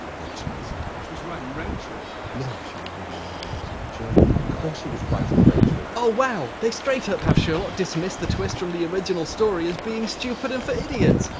rachel is. she was writing rachel? no, she was leaving an angry note in german of course she was writing rachel! oh, wow! they straight up have have sherlock dismiss the twist from the original story as being stupid and for idiots,